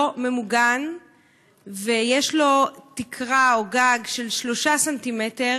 ממוגן ויש לו תקרה או גג של 3 סנטימטרים.